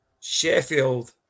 Sheffield